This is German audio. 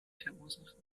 verursachen